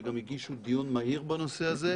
שגם הגישו דיון מהיר בנושא הזה.